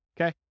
Okay